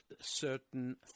certain